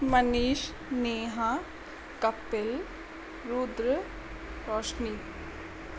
Manish Neha Kapil Rudra Roshni